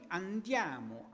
andiamo